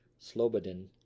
Slobodin